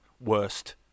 worst